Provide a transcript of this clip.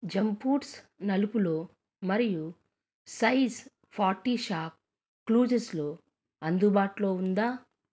జంఫూట్స్ నలుపులో మరియు size forty shop క్లూస్స్లో అందుబాటులో ఉందా